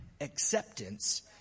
acceptance